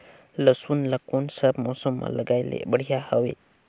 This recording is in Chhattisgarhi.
लसुन ला कोन सा मौसम मां लगाय ले बढ़िया हवे?